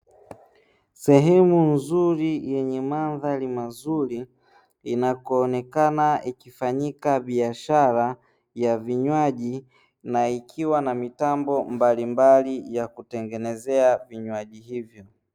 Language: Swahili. Sehemu nzuri yenye mandhari mazuri inako onekana ikifanyika biashara ya vinywaji, na ikiwa na mitambo mbalimbali ya kutengenezea vinywaji hivyo.